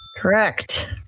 Correct